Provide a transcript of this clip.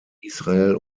israel